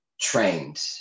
trained